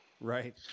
Right